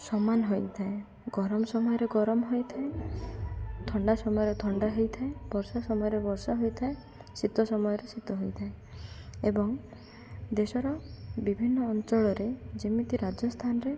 ସମାନ୍ ହୋଇଥାଏ ଗରମ୍ ସମୟରେ ଗରମ୍ ହୋଇଥାଏ ଥଣ୍ଡା ସମୟରେ ଥଣ୍ଡା ହୋଇଥାଏ ବର୍ଷା ସମୟରେ ବର୍ଷା ହୋଇଥାଏ ଶୀତ ସମୟରେ ଶୀତ ହୋଇଥାଏ ଏବଂ ଦେଶର ବିଭିନ୍ନ ଅଞ୍ଚଳରେ ଯେମିତି ରାଜସ୍ଥାନ୍ରେ